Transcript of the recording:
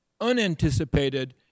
unanticipated